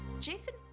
Jason